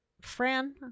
Fran